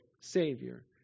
Savior